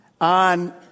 on